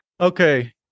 Okay